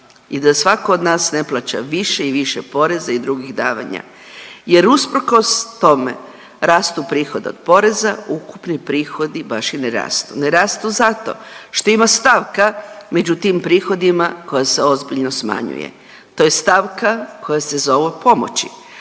i da svatko od nas ne plaća više i više poraza i drugih davanja? Jer usprkos tome, rastu prihodi od poreza, ukupni prihodi baš i ne rastu. Ne rastu zato što ima stavka među tim prihodima koja se ozbiljno smanjuje, to je stavka koja se zove pomoći,